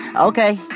Okay